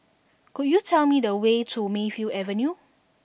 could you tell me the way to Mayfield Avenue